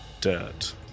dirt